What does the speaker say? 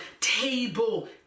table